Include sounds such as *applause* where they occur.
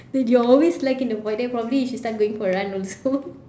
that you're always slack in the void deck probably you should go for run also *laughs*